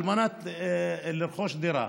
על מנת לרכוש דירה,